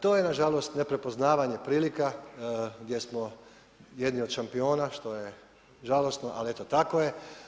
To je nažalost neprepoznavanje prilika gdje smo jedni od šampiona, što je žalosno ali eto tako je.